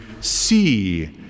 see